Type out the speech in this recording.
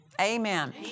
Amen